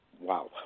Wow